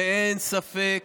ואין ספק